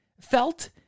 felt